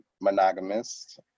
monogamous